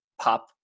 pop